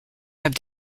have